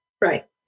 Right